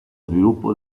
sviluppo